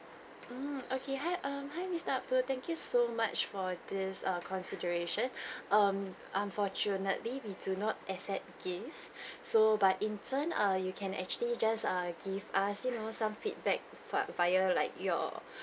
mm okay hi mm hi mister abdul thank you so much for this err consideration um unfortunately we do not accept gifts so but in turn err you can actually just uh give us you know some feedback for via like your